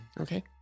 Okay